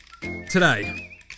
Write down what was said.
today